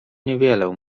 niewiele